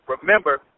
remember